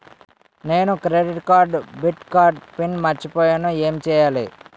నేను credit card debit card pin మర్చిపోయేను ఎం చెయ్యాలి?